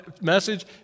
message